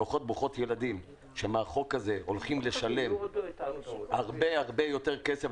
משפחות ברוכות ילדים שמהחוק הזה הולכות לשלם הרבה יותר כסף.